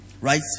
Right